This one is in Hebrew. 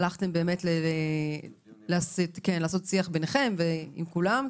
הלכתם לעשות שיח ביניכם ועם כולם.